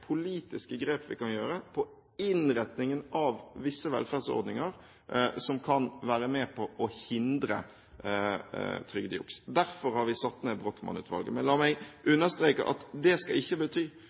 politiske grep vi kan gjøre på innretningen av visse velferdsordninger, som kan være med på å hindre trygdejuks. Derfor har vi satt ned Brochmann-utvalget. Men la meg